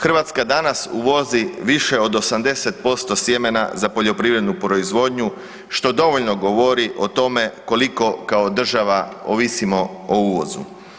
Hrvatska danas uvozi više od 80% sjemena za poljoprivrednu proizvodnju što dovoljno govori o tome koliko kao država ovisimo o uvozu.